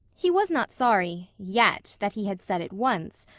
he was not sorry yet that he had said it once,